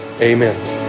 amen